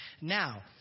now